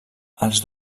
els